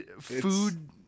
food